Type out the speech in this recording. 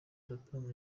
platnumz